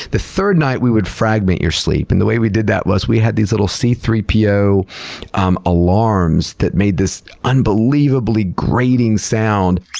the third night, we would fragment your sleep. and the way we did that was we had these little c three po um alarms that made this unbelievably grating sound.